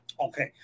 Okay